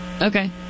Okay